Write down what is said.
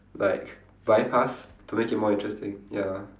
like bypass to make it more interesting ya